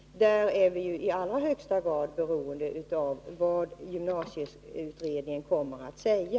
Där är vi i allra högsta grad beroende av vad gymnasieutredningen kommer att säga.